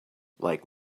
like